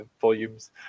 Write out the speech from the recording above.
volumes